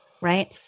Right